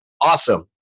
awesome